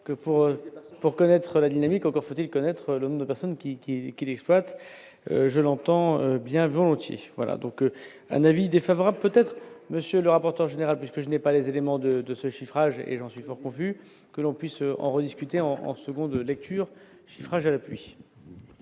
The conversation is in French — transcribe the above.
pour connaître la dynamique, encore faut-il connaître le nombre de personnes qui qui qui l'exploite, je l'entends bien volontiers, voilà donc un avis défavorable, peut-être monsieur le rapporteur général, puisque je n'ai pas les éléments de de ce chiffrage et j'en suis fort pourvu que l'on puisse en rediscuter en seconde lecture chiffrage à appui.